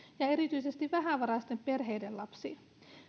ja erityisesti vähävaraisten perheiden lapsiin